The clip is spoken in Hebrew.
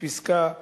בפסקה (1)